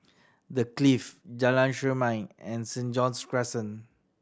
The Clift Jalan Chermai and Saint John's Crescent